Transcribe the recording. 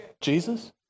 Jesus